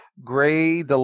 gray